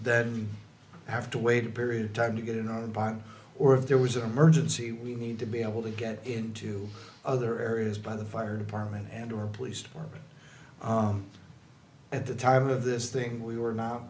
then have to wait a period of time to get in on bond or if there was a merge and see we need to be able to get into other areas by the fire department and our police department at the time of this thing we were not